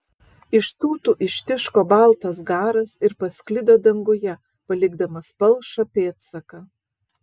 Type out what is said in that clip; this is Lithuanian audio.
iš tūtų ištiško baltas garas ir pasklido danguje palikdamas palšą pėdsaką